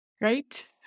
right